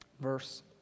verse